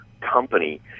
company